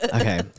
Okay